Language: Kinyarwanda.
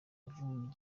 yavugiye